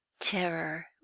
Terror